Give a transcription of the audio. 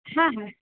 હા હા